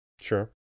Sure